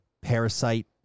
Parasite